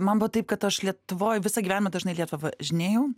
man buvo taip kad aš lietuvoj visą gyvenimą dažnai lie važinėjau